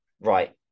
Right